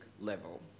level